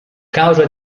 causa